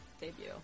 debut